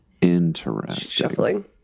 Interesting